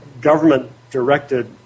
government-directed